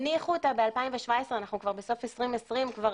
הניחו אותה ב-2017 אנחנו כבר בסוף 2020. כבר